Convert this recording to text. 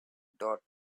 dot